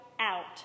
out